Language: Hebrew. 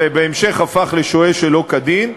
ובהמשך הפך לשוהה שלא כדין,